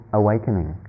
awakening